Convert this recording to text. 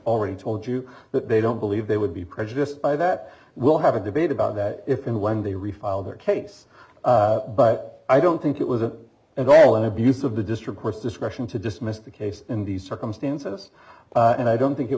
already told you that they don't believe they would be prejudiced by that we'll have a debate about that if and when they refile their case but i don't think it was the end all an abuse of the district courts discretion to dismiss the case in these circumstances and i don't think it